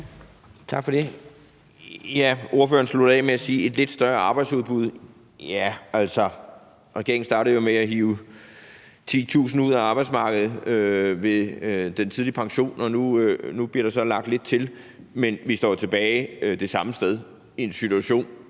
Tak for det.